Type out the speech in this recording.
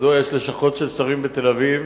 מדוע יש לשכות של שרים בתל-אביב,